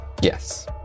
Yes